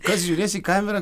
kas žiūrės į kamerą